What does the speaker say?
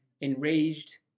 enraged